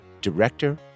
director